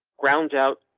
ground out,